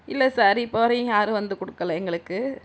இல்லை சார் இப்போ வரையும் யாரும் வந்து கொடுக்கல எங்களுக்கு